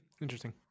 interesting